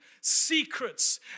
secrets